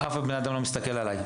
אז אף אחד לא מסתכל עליי,